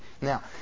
Now